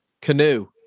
canoe